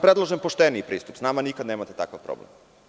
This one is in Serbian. Predlažem vam pošteniji pristup, s nama nikada nemate takav problem.